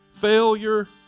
failure